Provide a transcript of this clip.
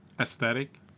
aesthetic